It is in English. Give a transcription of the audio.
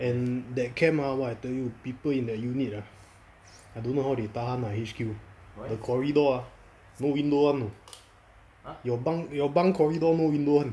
and that camp ah !wah! I tell you people in the unit ah I don't know how they tahan lah H_Q the corridor ah no window [one] know your bunk your bunk corridor no window [one]